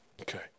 Okay